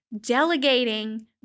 delegating